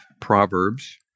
Proverbs